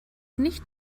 nicht